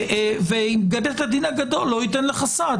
ואם בית הדין הגדול לא ייתן לך סעד,